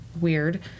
weird